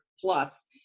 Plus